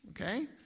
Okay